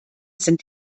sind